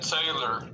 Taylor